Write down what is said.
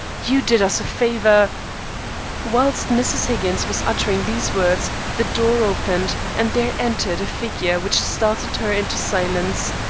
you did us a favour whilst mrs. higgins was uttering these words the door opened, and there entered a figure which startled her into silence.